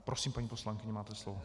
Prosím paní poslankyně, máte slovo.